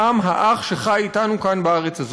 העם האח שחי אתנו כאן בארץ הזאת,